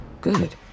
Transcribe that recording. Good